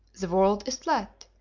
the world is flat,